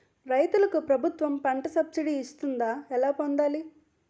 రైతులకు ప్రభుత్వం పంట సబ్సిడీ ఇస్తుందా? ఎలా పొందాలి?